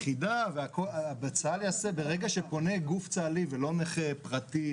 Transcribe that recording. ברגע שפונה גוף צה"לי ולא נכה פרטי,